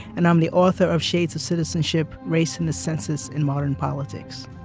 and i'm the author of shades of citizenship race and the census in modern politics.